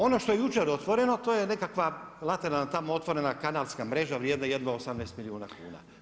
Ono što je jučer otvoreno, to je nekakva lateralna tamo otvorena kanalska mreža vrijedna jedva 18 milijuna kuna.